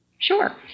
Sure